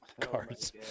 cards